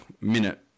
minute